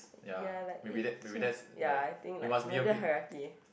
ya like eh sir ya I think like Murray hierarchy